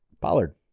pollard